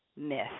myth